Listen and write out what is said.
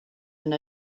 and